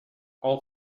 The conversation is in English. all